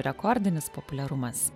rekordinis populiarumas